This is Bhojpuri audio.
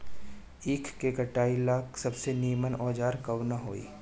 ईख के कटाई ला सबसे नीमन औजार कवन होई?